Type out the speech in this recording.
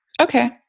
Okay